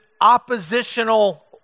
oppositional